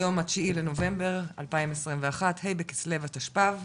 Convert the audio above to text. היום ה- 9 בנובמבר 2021, ה' בכסלו תשפ"ב.